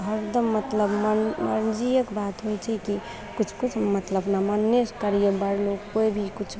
हरदम मतलब मन मर्जियेके बात होइ छै की किछु किछु मतलब अपना मनेसँ की करियै बड़ लोग कोइ भी किछु